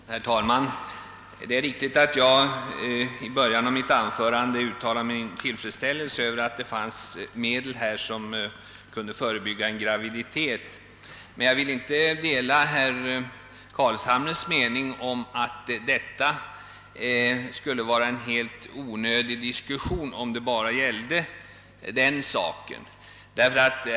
Herr talman! Det är riktigt att jag i början av mitt anförande uttalade min tillfredsställelse över att det fanns medel, som kunde förebygga en gaviditet. Jag delar inte herr Carlshamres mening, att dagens diskussion skulle vara helt onödig om det bara gällde den saken.